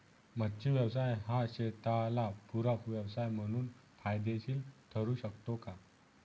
मच्छी व्यवसाय हा शेताला पूरक व्यवसाय म्हणून फायदेशीर ठरु शकतो का?